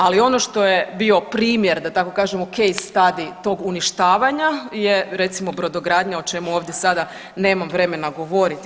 Ali ono što je bio primjer da tako kažemo kej stadij tog uništavanja je recimo brodogradnja o čemu ovdje sada nemam vremena govoriti.